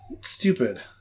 stupid